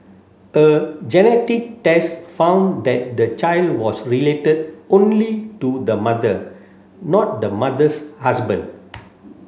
a genetic test found that the child was related only to the mother not the mother's husband